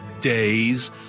days